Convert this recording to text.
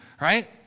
right